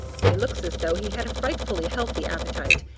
he looks as though he had a frightfully healthy appetite,